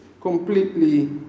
completely